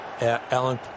Alan